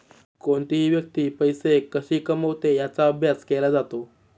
कोणतीही व्यक्ती पैसे कशी कमवते याचा अभ्यास केला जातो